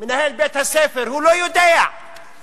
מנהל בית-הספר, הוא לא יודע בדיוק